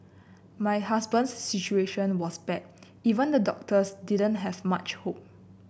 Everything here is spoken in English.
my husband's situation was bad even the doctors didn't have much hope